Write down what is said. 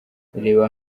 reba